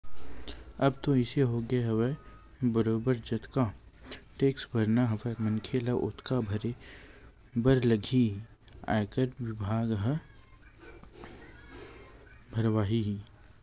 अब तो अइसे होगे हवय बरोबर जतका टेक्स भरना हवय मनखे ल ओतका भरे बर लगही ही आयकर बिभाग ह भरवाही ही